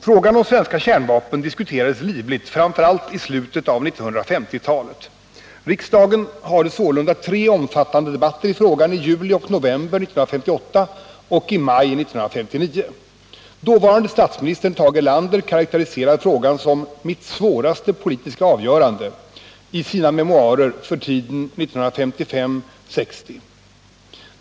Frågan om svenska kärnvapen diskuterades livligt framför allt i slutet av 1950-talet. Riksdagen hade sålunda tre omfattande debatter i frågan i juli och november 1958 och i maj 1959. Dåvarande statsministern Tage Erlander karakteriserar frågan som ”mitt svåraste politiska avgörande” i sina memoarer för tiden 1955-1960.